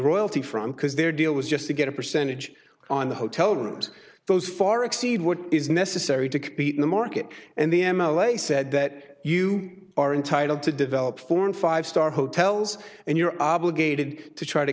royalty from because their deal was just to get a percentage on the hotel rooms those far exceed what is necessary to compete in the market and the m l a said that you are entitled to develop four and five star hotels and you're obligated to try to